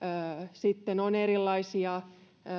sitten on erilaisia